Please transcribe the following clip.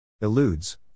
Eludes